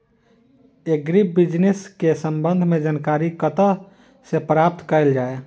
Agri business केँ संबंध मे जानकारी कतह सऽ प्राप्त कैल जाए?